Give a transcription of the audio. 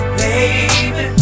baby